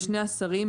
לשני השרים,